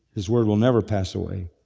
his word will never pass away.